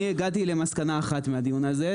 אני הגעתי למסקנה אחת מהדיון הזה,